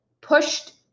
pushed